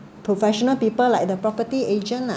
professional people like the property agent ah